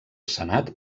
senat